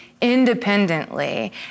independently